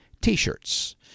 t-shirts